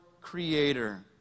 creator